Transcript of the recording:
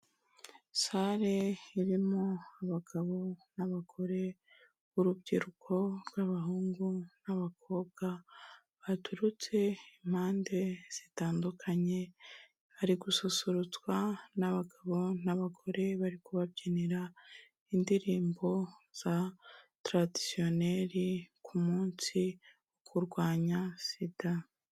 Salle irimo abagabo n'abagore b'urubyiruko rw'abahungu n'abakobwa, baturutse impande zitandukanye bari gususurutswa n'abagabo n'abagore bari kubabyinira indirimbo za traditionnel ku munsi wo kurwanya SIDA.